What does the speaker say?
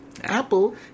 apple